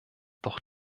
doch